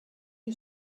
you